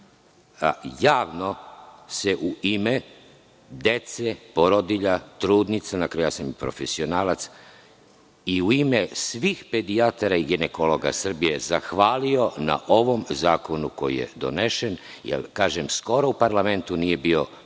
se javno, u ime dece, porodilja, trudnica, na kraju, ja sam i profesionalac, i u ime svih pedijatara i ginekologa Srbije, zahvalio na ovom zakonu koji je donesen. Jer, kažem, skoro u parlamentu nije bio